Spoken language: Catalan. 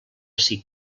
ací